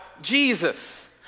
Jesus